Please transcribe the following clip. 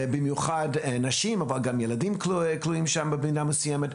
במיוחד נשים אבל גם ילדים כלואים שם במידה מסוימת.